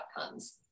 outcomes